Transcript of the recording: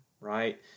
right